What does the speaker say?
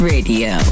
Radio